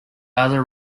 other